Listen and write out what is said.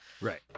Right